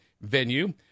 venue